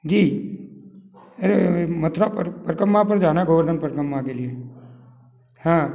जी अरे मतलब पर परिक्रमा पर जाना है गोवर्धन परिक्रमा के लिए हाँ